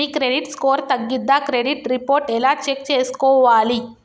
మీ credit score తగ్గిందా credit report ఎలా check చేసుకోవాలి?